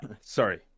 sorry